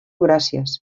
gràcies